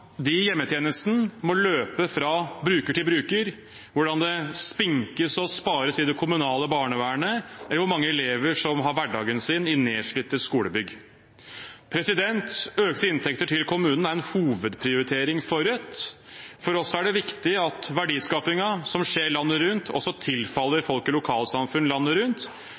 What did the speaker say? i hjemmetjenesten må løpe fra bruker til bruker, hvordan det spinkes og spares i det kommunale barnevernet, eller hvor mange elever som har hverdagen sin i nedslitte skolebygg. Økte inntekter til kommunene er en hovedprioritering for Rødt. For oss er det viktig at verdiskapingen som skjer landet rundt, også tilfaller folk i lokalsamfunn landet rundt.